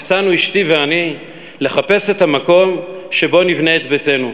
יצאנו אשתי ואני לחפש את המקום שבו נבנה את ביתנו.